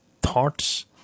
thoughts